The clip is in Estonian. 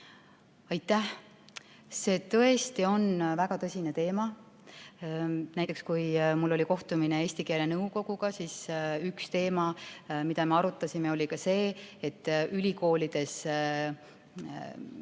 Aitäh! See tõesti on väga tõsine teema. Kui mul oli kohtumine eesti keele nõukoguga, siis üks teema, mida me arutasime, oli see, et ülikoolides